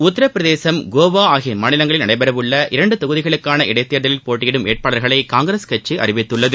உத்தரப் பிரதேசம் கோவா ஆகிய மாநிலங்களில் நடைபெறவுள்ள இரண்டு தொகுதிகளுக்கான இடைத் தேர்தலில் போட்டியிடும் வேட்பாளர்களை காங்கிரஸ் கட்சி அறிவித்துள்ளது